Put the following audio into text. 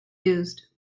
used